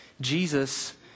Jesus